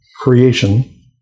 creation